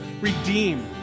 redeem